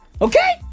Okay